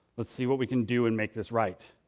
let's see what we can do and make this right.